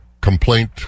complaint